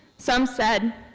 some said,